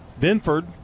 Benford